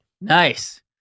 Nice